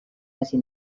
hasi